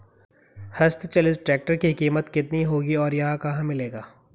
हस्त चलित ट्रैक्टर की कीमत कितनी होगी और यह कहाँ मिलेगा?